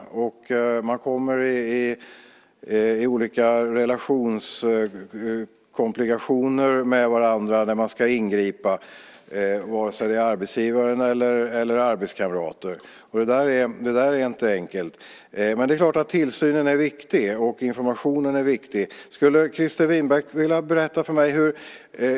Man kommer i olika relationskomplikationer med varandra när man ska ingripa, vare sig det är arbetsgivaren eller arbetskamrater, och det är inte enkelt. Men det är klart att tillsynen och informationen är viktig. Skulle Christer Winbäck vilja berätta en sak för mig?